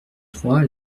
trois